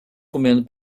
comendo